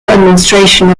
administration